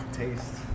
taste